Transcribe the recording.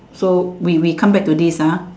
so we we come back to this ah